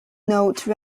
note